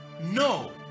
No